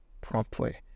promptly